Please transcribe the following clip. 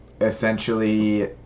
essentially